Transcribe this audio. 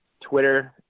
Twitter